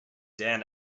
dan